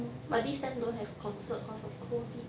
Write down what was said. but this sem don't have concert cause of COVID